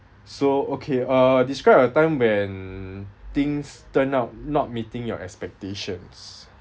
so okay uh describe a time when things turn out not meeting your expectations